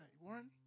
Warren